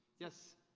yes.